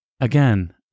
Again